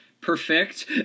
Perfect